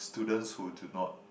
students who do not